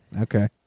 okay